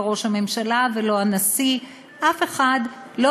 לא ראש הממשלה ולא הנשיא אף אחד לא